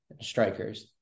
strikers